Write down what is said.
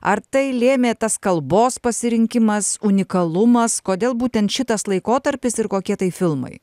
ar tai lėmė tas kalbos pasirinkimas unikalumas kodėl būtent šitas laikotarpis ir kokie tai filmai